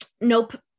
Nope